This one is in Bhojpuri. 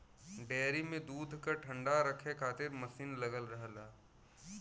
डेयरी में दूध क ठण्डा रखे खातिर मसीन लगल रहला